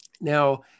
Now